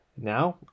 now